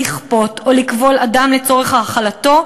לכפות או לכבול אדם לצורך האכלתו,